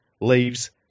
leaves